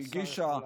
שהגישה,